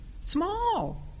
Small